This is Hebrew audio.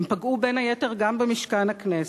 הם פגעו, בין היתר, גם במשכן הכנסת,